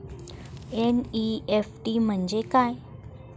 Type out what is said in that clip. NEFT म्हणजे काय?